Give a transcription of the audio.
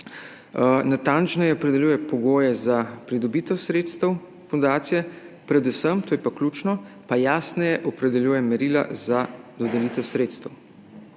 natančneje opredeljuje pogoje za pridobitev sredstev fundacije, predvsem, to je pa ključno, pa jasneje opredeljuje merila za dodelitev sredstev.